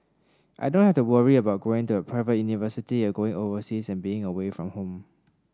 I don't have to worry about going to a private university or going overseas and being away from home